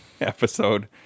episode